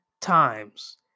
times